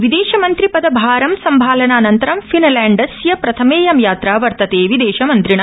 विदेशमन्त्रिपदभारं सम्भलनानन्तरं फिनलैण्डेस्य प्रथमेयं यात्रा वर्तते विदेशमन्त्रिण